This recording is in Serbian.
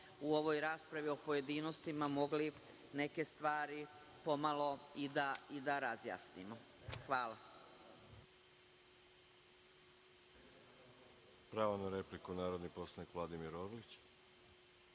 u ovoj raspravi u pojedinostima mogli neke stvari pomalo i da razjasnimo. Hvala.